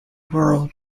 world